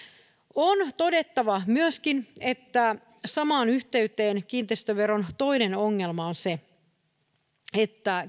on todettava myöskin samaan yhteyteen että kiinteistöveron toinen ongelma on se että